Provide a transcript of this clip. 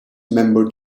member